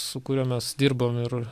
su kuriuo mes dirbam ir